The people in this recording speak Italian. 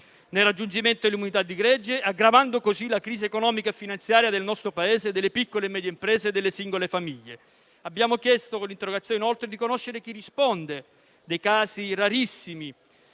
nel raggiungimento dell'immunità di gregge ed aggravando così la crisi economica e finanziaria del nostro Paese, delle piccole e medie imprese e delle singole famiglie. Inoltre, con l'interrogazione abbiamo chiesto di conoscere chi risponde dei casi, rarissimi,